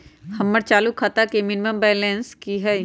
हमर चालू खाता के मिनिमम बैलेंस कि हई?